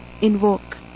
invoke